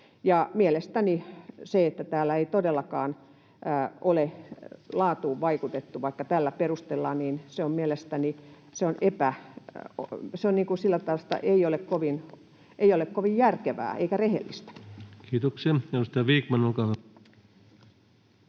Mielestäni se, että tällä ei todellakaan ole laatuun vaikutettu, vaikka tällä perustellaan, ei ole kovin järkevää eikä rehellistä. Kiitoksia. — Edustaja Vikman, olkaa hyvä.